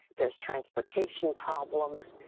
there's transportation problems,